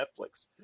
Netflix